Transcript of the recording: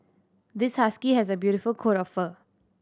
this husky has a beautiful coat of fur